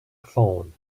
phone